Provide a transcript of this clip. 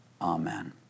amen